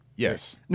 Yes